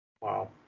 Wow